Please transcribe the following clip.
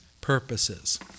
purposes